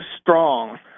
Strong